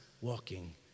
walking